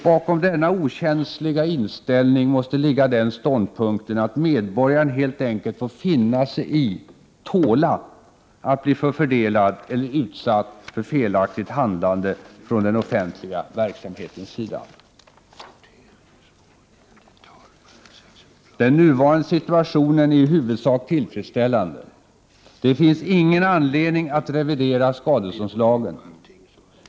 Bakom denna okänsliga inställning måste ligga den ståndpunkten att medborgaren helt enkelt får finna sig i, tåla, att bli förfördelad eller utsatt för felaktigt handlande från den offentliga verksamhetens sida. ”Den nuvarande situationen är i huvudsak tillfredsställande. Det finns ingen anledning att revidera skadeståndslagen.